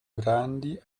grandi